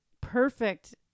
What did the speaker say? perfect